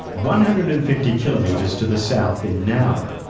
one hundred and fifty kilometres to the south, in nowra,